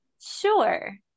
Sure